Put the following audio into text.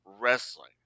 wrestling